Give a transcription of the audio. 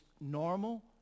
normal